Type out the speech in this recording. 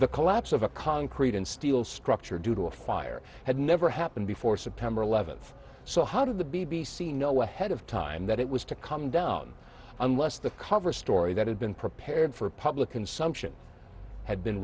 the collapse of a concrete and steel structure due to a fire had never happened before september eleventh so how did the b b c know ahead of time that it was to come down unless the cover story that had been prepared for public consumption had been